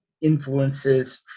influences